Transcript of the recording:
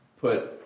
put